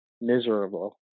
miserable